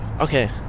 Okay